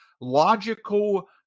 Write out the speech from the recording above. logical